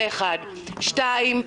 שניים,